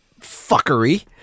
fuckery